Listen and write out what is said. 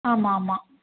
ஆமாம் ஆமாம்